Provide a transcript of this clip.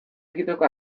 egiteko